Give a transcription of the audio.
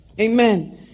Amen